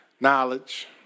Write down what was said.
knowledge